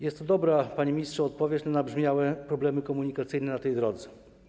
Jest to dobra, panie ministrze, odpowiedź na nabrzmiałe problemy komunikacyjne na tej drodze.